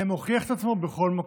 זה מוכיח את עצמו בכל מקום.